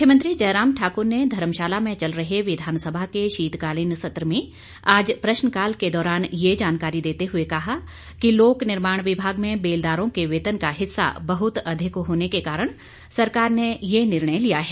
मुख्यमंत्री जयराम ठाक्र ने धर्मशाला में चल रहे विधानसभा के शीतकालीन सत्र में आज प्रश्नकाल के दौरान यह जानकारी देते हुए कहा कि लोकनिर्माण विभाग में बेलदारों के वेतन का हिस्सा बहुत अधिक होने के कारण सरकार ने ये निर्णय लिया है